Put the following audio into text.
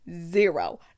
zero